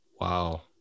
Wow